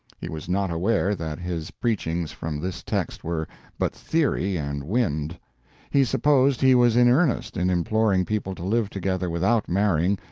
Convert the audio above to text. he was not aware that his preachings from this text were but theory and wind he supposed he was in earnest in imploring people to live together without marrying,